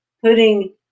Putting